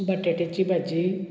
बटाट्याची भाजी